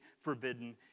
forbidden